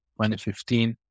2015